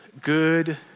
good